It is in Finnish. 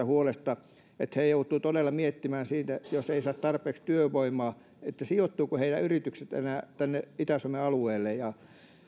huolesta että he joutuvat todella miettimään että jos ei saa tarpeeksi työvoimaa niin sijoittuvatko heidän yrityksensä enää sinne itä suomen alueelle ja